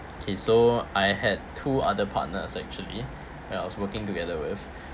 okay so I had two other partners actually that I was working together with